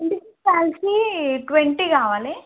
scientific క్యాల్సి twenty కావాలి